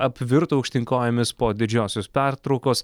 apvirto aukštyn kojomis po didžiosios pertraukos